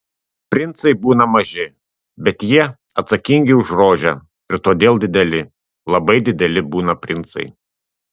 princai būna maži bet jie atsakingi už rožę ir todėl dideli labai dideli būna princai